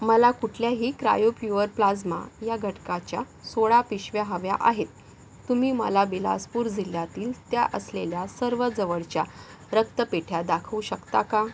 मला कुठल्याही cryo poor plasma या घटकाच्या सोळा पिशव्या हव्या आहेत तुम्ही मला बिलासपूर जिल्ह्यातील त्या असलेल्या सर्व जवळच्या रक्तपेढ्या दाखवू शकता का